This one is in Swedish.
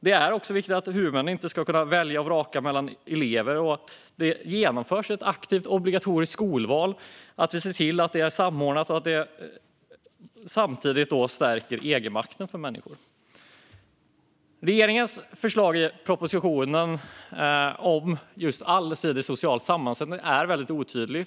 Det är viktigt att huvudmännen inte ska kunna välja och vraka bland eleverna och att det införs ett obligatoriskt aktivt skolval som är samordnat och stärker egenmakten för människor. Regeringens förslag i propositionen om allsidig social sammansättning är otydligt.